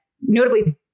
Notably